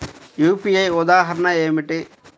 UPI ఉదాహరణ ఏమిటి?